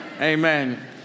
Amen